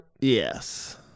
Yes